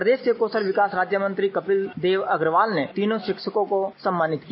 प्रदेश के कौशल विकास राज्य मंत्री कपिलदेव अग्रवाल ने तीनों शिक्षकों को सम्मानित किया